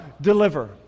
deliver